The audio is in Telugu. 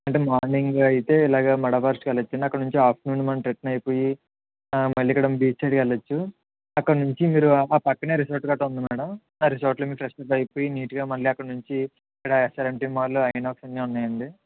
అంటే మార్నింగ్ అయితే ఇలాగా మడా ఫారెస్ట్ అక్కడి నుంచి ఆఫ్టర్నూన్ మనం రిటర్న్ అయిపోయి మళ్ళీ ఇక్కడ బీచ్ సైడ్ వెళ్ళొచ్చు అక్కడి నుంచి మీరు ఆ పక్కనే రిసార్ట్ గట్ర ఉంది మ్యాడమ్ ఆ రిసార్ట్లో మీరు ఫ్రెష్ అప్ అయిపోయి నీటుగా మళ్ళీ అక్కడి నుంచి అలా రెస్టారెంట్ మాల్ ఐనాక్స్ అన్ని ఉన్నాయండి